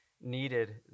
needed